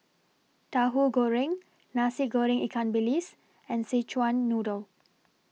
Tahu Goreng Nasi Goreng Ikan Bilis and Szechuan Noodle